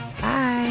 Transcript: Bye